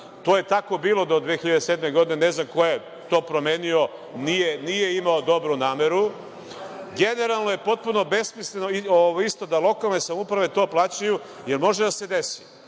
To je tako bilo do 2007. godine. Ne znam ko je to promenio, nije imao dobru nameru. Generalno je potpuno besmisleno isto da lokalne samouprave to plaćaju, jer može da se desi,